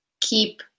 keep